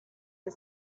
the